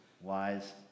wise